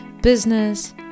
business